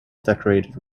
decorated